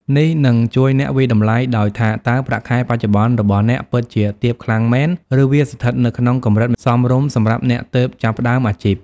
នេះនឹងជួយអ្នកវាយតម្លៃដោយថាតើប្រាក់ខែបច្ចុប្បន្នរបស់អ្នកពិតជាទាបខ្លាំងមែន ឬវាស្ថិតនៅក្នុងកម្រិតសមរម្យសម្រាប់អ្នកទើបចាប់ផ្ដើមអាជីព។